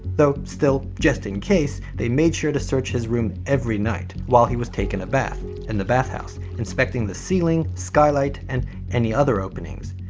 though still, just in case, they made sure to search his room every night while he was taking a bath in the bathhouse, inspecting the ceiling, skylight, and any other openings.